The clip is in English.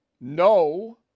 No